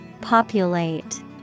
Populate